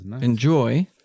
Enjoy